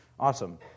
Awesome